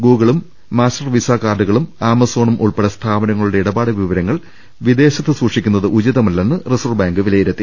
ഗൂഗിളും Master Visa കാർഡുകളും ആമസോണും ഉൾപ്പെടെ സ്ഥാപ നങ്ങളുടെ ഇടപാട് വിവരങ്ങൾ വിദേശത്ത് സൂക്ഷിക്കുന്നത് ഉചിതമ ല്ലെന്ന് റിസർവ് ബാങ്ക് വിലയിരുത്തി